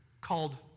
called